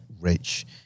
Rich